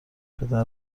پدر